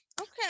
Okay